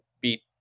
beat